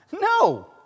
No